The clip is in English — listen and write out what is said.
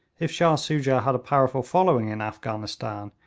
if shah soojah had a powerful following in afghanistan,